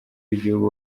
w’igihugu